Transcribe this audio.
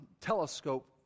telescope